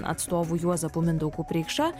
atstovu juozapu mindaugu preikša